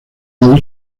lado